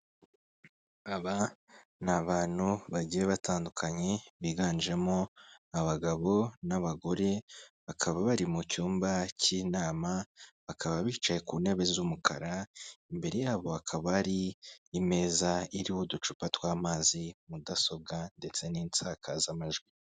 Aba ni abantu bagiye batandukanye biganjemo abagabo n'abagore bakaba bari mu cyumba cy'inama bakaba bicaye ku ntebe z'umukara imbere yabo hakaba hari imeza iriho uducupa twa'amazi, mudasobwa ndetse n'insakazamajwi.